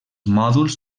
mòduls